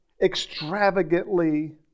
extravagantly